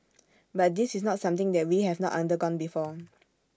but this is not something that we have not undergone before